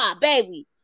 baby